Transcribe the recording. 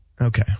Okay